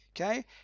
okay